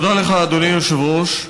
תודה לך, אדוני היושב-ראש.